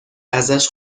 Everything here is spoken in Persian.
ازش